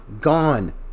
gone